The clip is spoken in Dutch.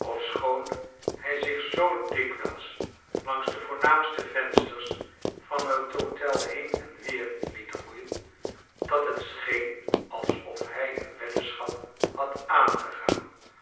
ofschoon hij zich zoo dikwijls langs de voornaamste vensters van het hotel heen en weer liet roeien dat het scheen alsof hij een weddenschap had aaoigegaan